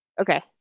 Okay